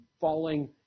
falling